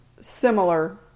similar